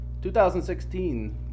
2016